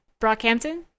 Brockhampton